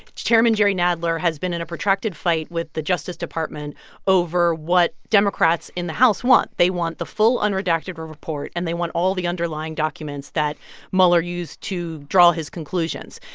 chairman jerry nadler nadler has been in a protracted fight with the justice department over what democrats in the house want. they want the full, unredacted report. and they want all the underlying documents that mueller used to draw his conclusions.